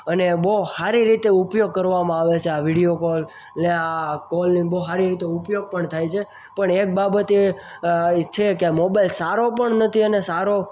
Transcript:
અને બહુ સારી રીતે ઉપયોગ કરવામાં આવે છે આ વિડીયો કોલ ને આ કોલિંગ બહુ સારી રીતે ઉપયોગ પણ થાય છે પણ એક બાબતે છે કે મોબાઈલ સારો પણ નથી અને સારો